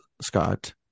Scott